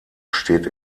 steht